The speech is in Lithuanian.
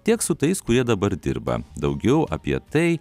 tiek su tais kurie dabar dirba daugiau apie tai